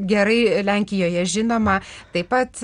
gerai lenkijoje žinoma taip pat